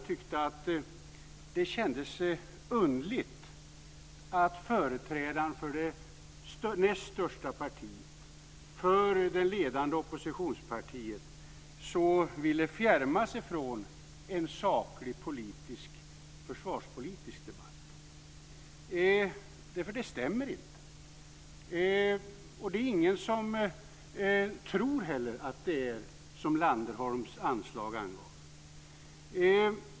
Det kändes underligt att företrädaren för det näst största partiet, för det ledande oppositionspartiet, så ville fjärma sig från en saklig försvarspolitisk debatt. Det stämmer inte. Och det är inte heller någon som tror att det är som Landerholms anslag avgav.